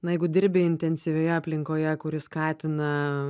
na jeigu dirbi intensyvioje aplinkoje kuri skatina